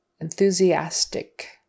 Enthusiastic